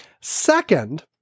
Second